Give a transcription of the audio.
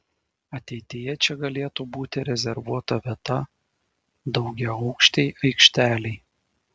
ateityje čia galėtų būti rezervuota vieta daugiaaukštei aikštelei